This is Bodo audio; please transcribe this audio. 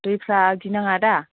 दैफ्रा गिनाङा दा